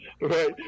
right